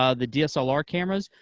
ah the dslr cameras,